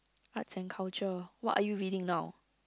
arts and culture what are you reading now